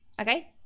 Okay